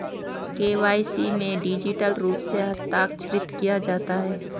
KYC में digital रूप से हस्ताक्षरित किया जाता है